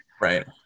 Right